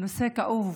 הוא נושא כאוב